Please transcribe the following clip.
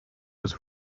was